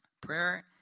Prayer